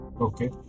Okay